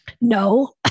no